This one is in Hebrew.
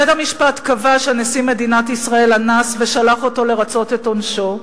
בית-המשפט קבע שנשיא מדינת ישראל אנס ושלח אותו לרצות את עונשו.